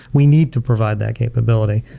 we need to provide that capability.